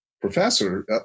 professor